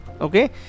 Okay